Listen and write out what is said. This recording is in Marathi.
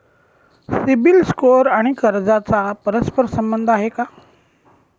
सिबिल स्कोअर आणि कर्जाचा परस्पर संबंध आहे का?